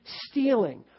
stealing